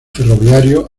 ferroviarios